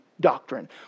doctrine